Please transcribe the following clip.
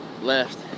left